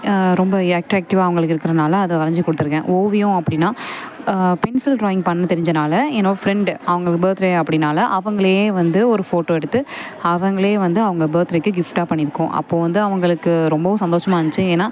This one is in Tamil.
ரொம்ப அட்ராக்டிவ்வாக அவங்களுக்கு இருக்கிறனால அதை வரஞ்சு கொடுத்துருக்கேன் ஓவியம் அப்படின்னா பென்சில் ட்ராயிங் பண்ண தெரிஞ்சனால் என்னோட ஃப்ரெண்டு அவங்களுக்கு பர்த்டே அப்படின்னால அவங்களையே வந்து ஒரு ஃபோட்டோ எடுத்து அவங்களையே வந்து அவங்க பர்த்டேக்கு கிஃப்ட்டாக பண்ணிருக்கோம் அப்போ வந்து அவங்களுக்கு ரொம்பவும் சந்தோஷமாக இருந்துச்சு ஏன்னா